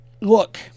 Look